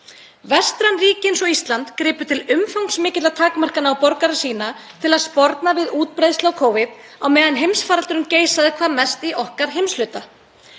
Vestræn ríki eins og Ísland gripu til umfangsmikilla takmarkana á borgara sína til að sporna við útbreiðslu á Covid á meðan heimsfaraldurinn geisaði hvað mest í okkar heimshluta.